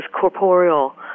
corporeal